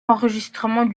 enregistrement